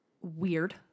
weird